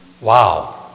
Wow